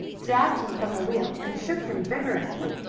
dragged him from the wheel, and shook him vigorously.